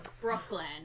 Brooklyn